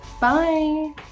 Bye